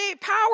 power